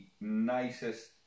nicest